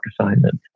assignments